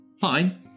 fine